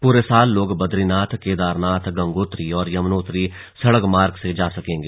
पूरे साल लोग बद्रीनाथ केदारनाथ गंगोत्री और यमुनोत्री सड़क मार्ग से जा सकते हैं